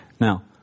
Now